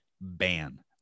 Ban